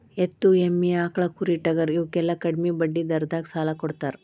ಎತ್ತು, ಎಮ್ಮಿ, ಆಕ್ಳಾ, ಕುರಿ, ಟಗರಾ ಇವಕ್ಕೆಲ್ಲಾ ಕಡ್ಮಿ ಬಡ್ಡಿ ದರದಾಗ ಸಾಲಾ ಕೊಡತಾರ